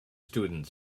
students